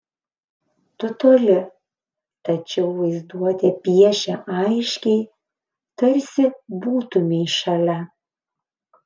tu toli tačiau vaizduotė piešia aiškiai tarsi būtumei šalia